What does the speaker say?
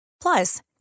Plus